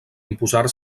imposar